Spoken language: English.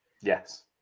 Yes